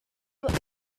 what